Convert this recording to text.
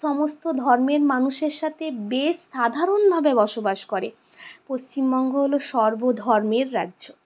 সমস্ত ধর্মের মানুষের সাথে বেশ সাধারণভাবে বসবাস করে পশ্চিমবঙ্গ হল সর্বধর্মের রাজ্য